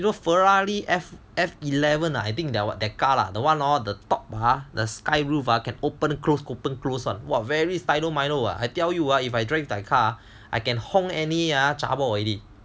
you know Ferrari f f eleven I think that car lah the one ah the top ah the sky roof can open and close open close [one] !wah! very stylo milo I tell you ah if I drive my car ah I can hong any zha bo already